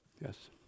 Yes